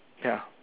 ya